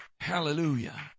Hallelujah